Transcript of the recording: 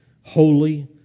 holy